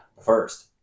first